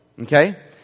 okay